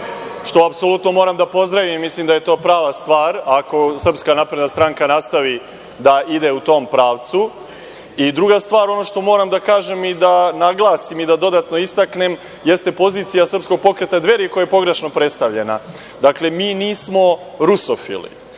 što apsolutno moram da pozdravim. Mislim da je to prava stvar, ako SNS nastavi da ide u tom pravcu. Druga stvar, ono što moram da kažem i naglasim i da dodatno istaknem jeste pozicija Srpskog pokreta Dveri koja je pogrešno predstavljena. Dakle, mi nismo rusofili.